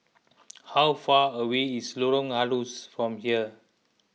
how far away is Lorong Halus from here